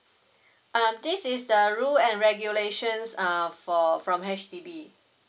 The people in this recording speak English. mm this is the rules and regulations err for from H_D_B